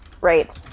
right